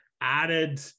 added